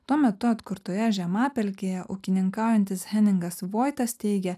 tuo metu atkurtoje žemapelkėje ūkininkaujantis heningas voitas teigia